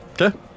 Okay